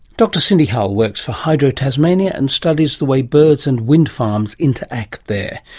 dr cindy hull works for hydro tasmania and studies the way birds and wind farms interact there.